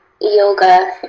yoga